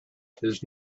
his